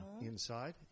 inside